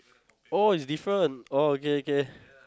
oh is different oh okay okay